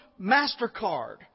MasterCard